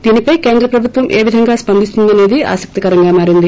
దీనిపై కేంద్ర ప్రభుత్వం ఏవిధంగా స్సందిస్తుందనేది ఆసక్తికరంగా మారింది